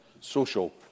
social